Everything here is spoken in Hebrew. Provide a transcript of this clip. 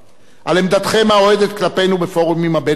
על עמדתכם האוהדת כלפינו בפורומים הבין-לאומיים,